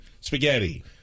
spaghetti